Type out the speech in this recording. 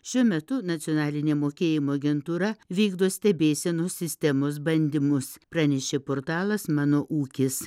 šiuo metu nacionalinė mokėjimo agentūra vykdo stebėsenos sistemos bandymus pranešė portalas mano ūkis